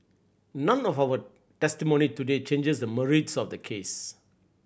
none of our testimony today changes the merits of the case